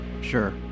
Sure